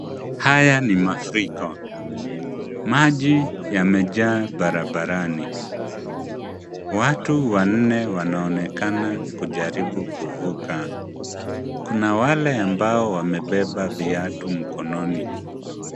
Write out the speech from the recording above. Haya ni mafuriko, maji yamejaa barabarani, watu wanne wanaonekana kujaribu kuvuka. Kuna wale ambao wamebeba viatu mikononi.